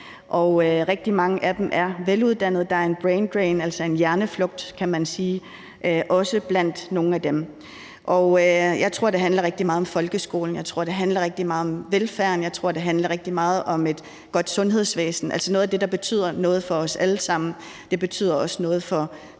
Rigtig mange af dem er veluddannede, så der er en braindrain, altså en hjerneflugt kan man sige, også blandt nogle af dem. Jeg tror, det handler rigtig meget om folkeskolen. Jeg tror, det handler rigtig meget om velfærden. Jeg tror, det handler rigtig meget om et godt sundhedsvæsen. Altså, det, der betyder noget for os alle sammen, betyder også noget for